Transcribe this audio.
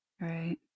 right